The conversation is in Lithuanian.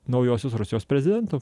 naujosios rusijos prezidentu